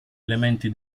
elementi